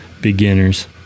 beginners